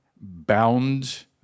bound